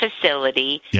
facility